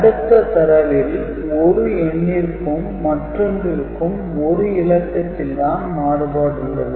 அடுத்த தரவில் ஒரு ஒரு எண்ணிற்கும் மற்றொன்றிற்கும் 1 இலக்கத்தில் தான் மாறுபாடு உள்ளது